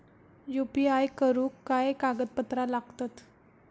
UPI करुक काय कागदपत्रा लागतत?